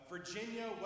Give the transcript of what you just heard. Virginia